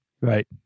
Right